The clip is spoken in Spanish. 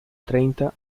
treinta